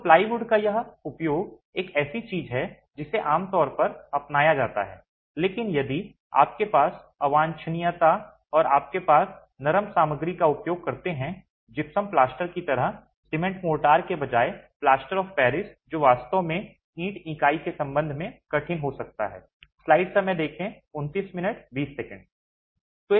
तो प्लाईवुड का यह उपयोग एक ऐसी चीज है जिसे आमतौर पर अपनाया जाता है लेकिन यदि आपके पास अवांछनीयता है तो आप एक नरम सामग्री का उपयोग करते हैं जिप्सम प्लास्टर की तरह सीमेंट मोर्टार के बजाय प्लास्टर ऑफ पेरिस जो वास्तव में ईंट इकाई के संबंध में कठिन हो सकता है